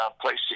place